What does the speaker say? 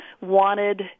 wanted